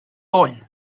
oen